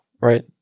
right